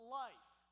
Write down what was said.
life